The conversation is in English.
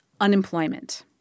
Unemployment